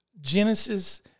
Genesis